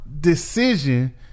decision